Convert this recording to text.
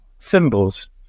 thimbles